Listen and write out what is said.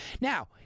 Now